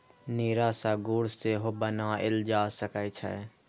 नीरा सं गुड़ सेहो बनाएल जा सकै छै